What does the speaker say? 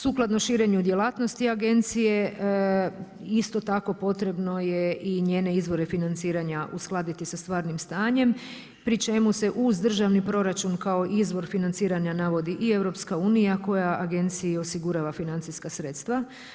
Sukladno širenju djelatnosti agencije isto tako potrebno je i njene izvore financiranja uskladiti sa stvarnim stanjem pri čemu se uz državni proračun kao izvor financiranja navodi i EU, koja agenciji osigurava financijska sredstva.